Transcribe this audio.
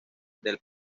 del